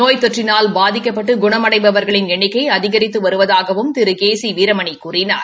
நோய் தொற்றினால் பாதிக்கப்பட்டு குணமடைபவர்களின் எண்ணிக்கை அதிகரித்து வருவதாகவும் திரு கே சி வீரமணி கூறினார்